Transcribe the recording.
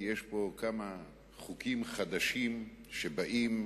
כי יש פה כמה חוקים חדשים שבאים,